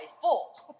full